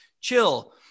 chill